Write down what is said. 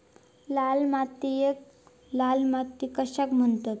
लाल मातीयेक लाल माती कशाक म्हणतत?